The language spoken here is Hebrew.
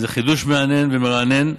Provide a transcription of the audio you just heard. זה חידוש מעניין ומרענן.